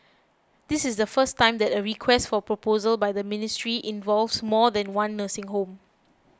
this is the first time that a Request for Proposal by the ministry involves more than one nursing home